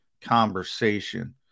conversation